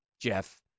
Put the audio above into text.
Jeff